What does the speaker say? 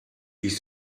ich